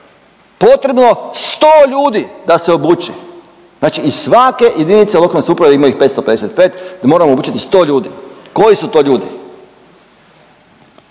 potrebno 100 ljudi da se obuči, znači iz svake jedinice lokalne samouprave, a ima ih 555 da moramo obučiti 100 ljudi. Koji su to ljudi?